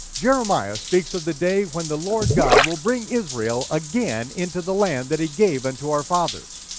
jeremiah speaks of the day when the lord god will bring israel again into the land that he gave unto our fathers.